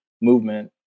movement